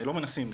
לא מנסים,